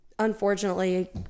Unfortunately